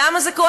למה זה קורה?